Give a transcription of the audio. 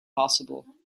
possible